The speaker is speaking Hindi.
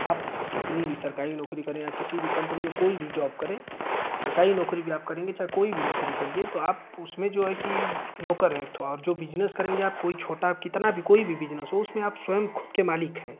आप कितनी भी सरकारी नौकरी करें या किसी भी कम्पनी में कोई भी जॉब करें सरकारी नौकरी भी आप करेंगे चाहे कोई भी नौकरी करिए तो आप उसमें जो है कि नौकर हैं एक ठो और जो बिजनेस करेंगे आप कोई छोटा कितना भी कोई भी बिजनेस हो उसमें आप स्वयं ख़ुद के मालिक हैं